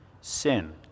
sin